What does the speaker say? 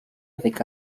avec